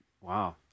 wow